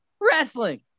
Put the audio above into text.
wrestling